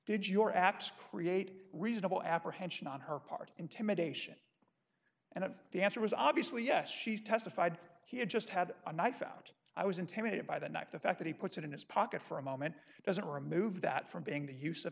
did your apps create reasonable apprehension on her part intimidation and of the answer was obviously yes she's testified that he had just had a knife out i was intimidated by the knife the fact that he puts it in his pocket for a moment doesn't remove that from being the use of